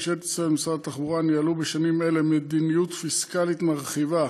ממשלת ישראל ומשרד התחבורה ניהלו בשנים אלו מדיניות פיסקלית מרחיבה,